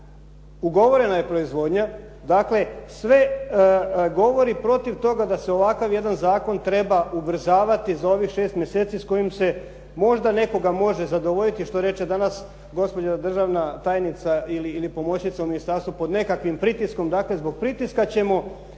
Ugovorena je proizvodnja. Dakle sve govori protiv toga da se ovakav jedan zakon treba ubrzavati za ovih šest mjeseci s kojim se možda nekoga može zadovoljiti, što reče danas gospođa državna tajnica ili pomoćnica u ministarstvu, nekakvim pritiskom. Dakle, zbog pritiska ćemo